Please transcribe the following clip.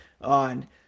on